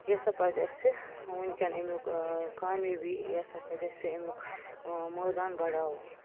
یہِ ہَسا پَزِ اَسہِ وٕنۍکٮ۪ن اَمیُک کامیٲبی یہِ ہَسا پَزِ اَسہِ اَمیُک مٲدان بَڑاوُن